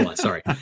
sorry